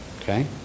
okay